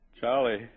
Charlie